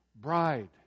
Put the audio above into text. bride